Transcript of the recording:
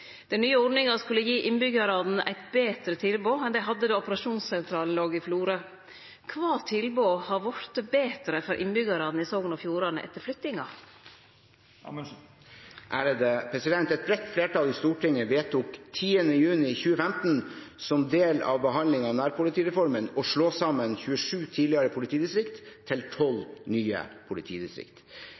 tilbod har vorte betre for innbyggjarane i Sogn og Fjordane etter flyttinga?» Et bredt flertall i Stortinget vedtok 10. juni 2015 som del av behandlingen av nærpolitireformen å slå sammen 27 tidligere politidistrikt til 12 nye politidistrikt.